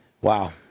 Wow